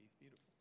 beautiful